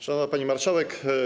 Szanowna Pani Marszałek!